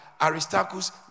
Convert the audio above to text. Aristarchus